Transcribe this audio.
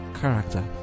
character